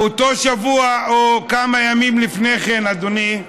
באותו שבוע, או כמה ימים לפני כן, אדוני,